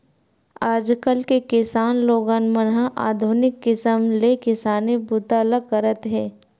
आजकाल के किसान लोगन मन ह आधुनिक किसम ले किसानी बूता ल करत हे